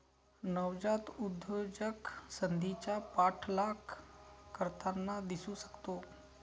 नवजात उद्योजक संधीचा पाठलाग करताना दिसू शकतो